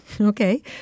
Okay